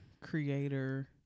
creator